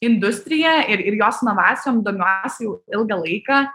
industrija ir ir jos novacijom domiuosi jau ilgą laiką